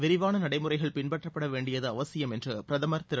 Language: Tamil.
விரிவான நடைமுறைகள் பின்பற்றப்பட வேண்டியது அவசியம் என்று பிரதமர் திரு